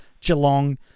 Geelong